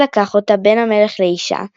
אז לקח אותה בן המלך לאשה,